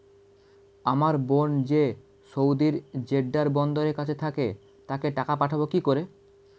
আমার বোন যে সৌদির জেড্ডা বন্দরের কাছে থাকে তাকে টাকা পাঠাবো কি করে?